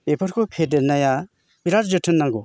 बेफोरखौ फेदेरनाया बिराद जोथोन नांगौ